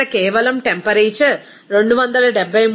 ఇక్కడ కేవలం టెంపరేచర్ 273